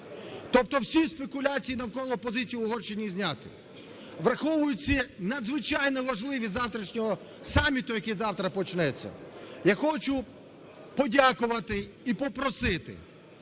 Тобто всі спекуляції навколо позиції Угорщини зняті. Враховуючи надзвичайно важливість завтрашнього саміту, який завтра почнеться, я хочу подякувати і попросити…